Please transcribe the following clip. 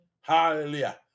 Hallelujah